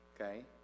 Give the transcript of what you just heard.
Okay